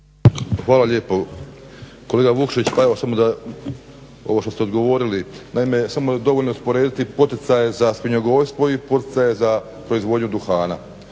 Hvala lijepo. Kolega Vukšić pa evo samo da ovo što ste odgovorili, naime samo je dovoljno usporediti poticaje za svinjogojstvo i poticaje za proizvodnju duhana